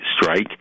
strike